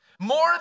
more